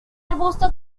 arbusto